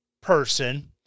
person